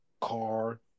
car